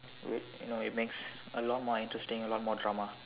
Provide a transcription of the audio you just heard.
you know it makes a lot more interesting a lot more drama